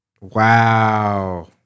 Wow